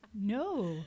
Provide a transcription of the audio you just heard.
No